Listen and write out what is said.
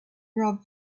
rob